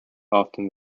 often